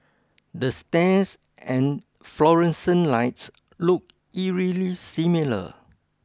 the stairs and fluorescent lights look eerily similar